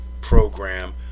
program